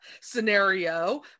scenario